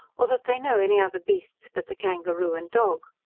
or that they know any other beasts but the kangaroo and dog.